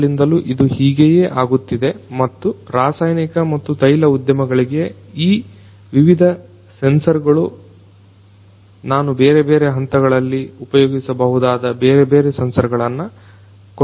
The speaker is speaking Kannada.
ಮೊದಲಿಂದಲೂ ಇದು ಹೀಗೆಯೇ ಆಗುತ್ತದೆ ಮತ್ತು ರಾಸಾಯನಿಕ ಮತ್ತು ತೈಲ ಉದ್ಯಮಗಳಿಗೆ ಈ ವಿವಿಧ ಸೆನ್ಸರ್ಗಳು ನಾನು ಬೇರೆ ಬೇರೆ ಹಂತಗಳಿಗೆ ಉಪಯೋಗಿಸಬಹುದಾದ ಬೇರೆ ಬೇರೆ ಸೆನ್ಸರ್ಗಳನ್ನ ಕೊಟ್ಟಿದ್ದೇನೆ